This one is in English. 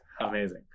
amazing